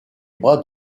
bras